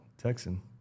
Texan